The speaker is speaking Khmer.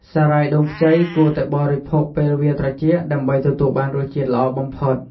សារាយដូងខ្ចីគួរតែបរិភោគពេលវាត្រជាក់ដើម្បីទទួលបានរសជាតិល្អបំផុត។